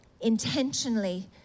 intentionally